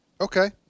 Okay